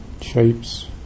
shapes